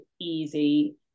easy